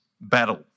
battle